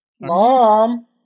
Mom